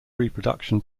reproduction